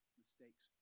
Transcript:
mistakes